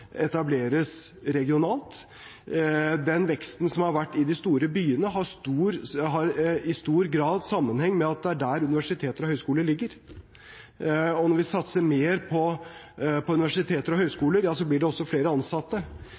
etableres regionalt. Den veksten som har vært i de store byene, har i stor grad sammenheng med at det er der universiteter og høyskoler ligger, og når vi satser mer på universiteter og høyskoler, blir det også flere ansatte. Når man styrker helsevesenet, blir det også flere statlige ansatte